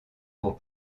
pour